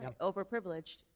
Overprivileged